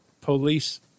police